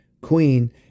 Queen